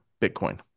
Bitcoin